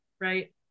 Right